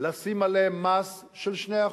לשים עליהם מס של 2%,